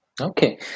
okay